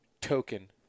token